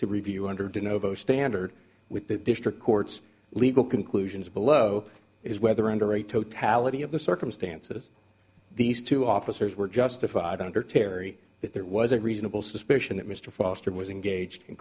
to review under do novo standard with the district court's legal conclusions below is whether under a totality of the circumstances these two officers were justified under terry that there was a reasonable suspicion that mr foster was engaged in